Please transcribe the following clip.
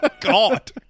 God